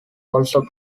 also